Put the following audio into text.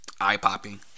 eye-popping